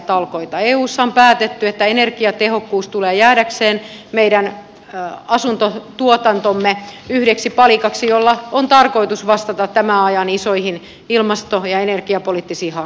eussa on päätetty että energiatehokkuus tulee jäädäkseen meidän asuntotuotantomme yhdeksi palikaksi jolla on tarkoitus vastata tämän ajan isoihin ilmasto ja energiapoliittisiin haasteisiin